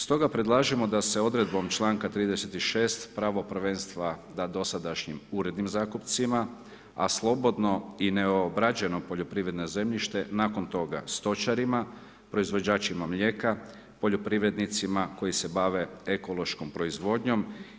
Stoga predlažemo da se odredbom čl. 36. prava prvenstva da dosadašnjim urednim zakupcima, a slobodno i neobrađeno poljoprivredno zemljište, nakon toga, stočarima, proizvođačima mlijeka, poljoprivrednicima, koji se bave ekološkom proizvodnjom.